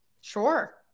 sure